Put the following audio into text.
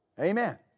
Amen